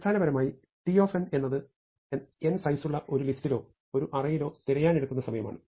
അടിസ്ഥാനപരമായി T എന്നാൽ n സൈസുള്ള ഒരു ലിസ്റ്റിലോ ഒരു അറേയിലോ തിരയാൻ എടുക്കുന്ന സമയമാണ്